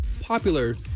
popular